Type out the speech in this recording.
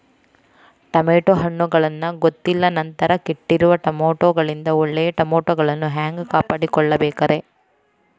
Tomato ಹಣ್ಣುಗಳನ್ನ ಗೊತ್ತಿಲ್ಲ ನಂತರ ಕೆಟ್ಟಿರುವ ಟಮಾಟೊದಿಂದ ಒಳ್ಳೆಯ ಟಮಾಟೊಗಳನ್ನು ಹ್ಯಾಂಗ ಕಾಪಾಡಿಕೊಳ್ಳಬೇಕರೇ?